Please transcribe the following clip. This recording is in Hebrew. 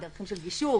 בדרכים של גישור,